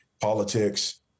politics